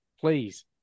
please